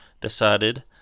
decided